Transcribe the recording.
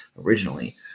originally